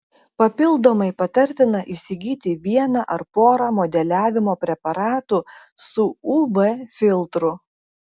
papildomai patartina įsigyti vieną ar porą modeliavimo preparatų su uv filtru